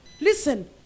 Listen